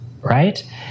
right